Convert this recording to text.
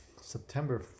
September